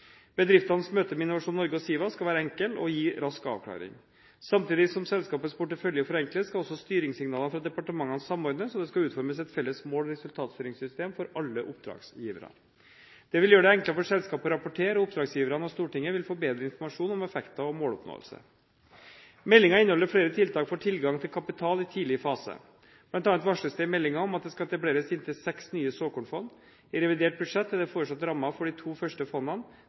Bedriftenes møte med Innovasjon Norge og SIVA skal være enkelt og gi rask avklaring. Samtidig som selskapets portefølje forenkles, skal også styringssignalene fra departementene samordnes, og det skal utformes et felles mål- og resultatstyringssystem for alle oppdragsgivere. Det vil gjøre det enklere for selskapet å rapportere, og oppdragsgiverne og Stortinget vil få bedre informasjon om effekter og måloppnåelse. Meldingen inneholder flere tiltak for tilgang til kapital i tidlig fase. Blant annet varsles det i meldingen om at det skal etableres inntil seks nye såkornfond. I revidert budsjett er det foreslått rammer for de to første fondene.